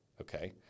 okay